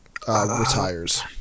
Retires